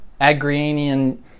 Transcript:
agrianian